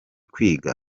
kwiga